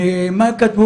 מה הם כתבו?